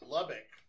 Lubbock